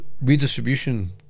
redistribution